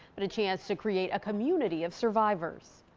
but a chance to create a community of survivors.